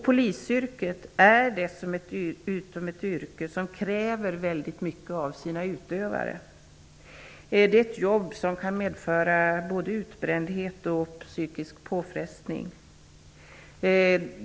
Polisyrket är dessutom ett yrke som kräver väldigt mycket av sina utövare. Det är ett jobb som kan medföra både utbrändhet och psykisk påfrestning.